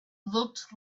looked